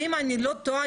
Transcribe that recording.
ואם אני לא טועה,